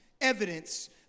evidence